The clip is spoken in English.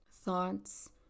thoughts